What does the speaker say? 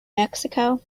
mexico